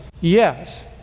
yes